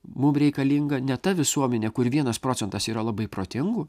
mum reikalinga ne ta visuomenė kur vienas procentas yra labai protingų